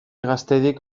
gaztedik